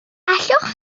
allwch